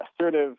assertive